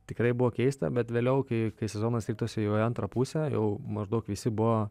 tikrai buvo keista bet vėliau kai kai sezonas ritosi jau į antrą pusę jau maždaug visi buvo